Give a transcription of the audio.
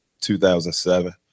2007